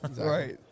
right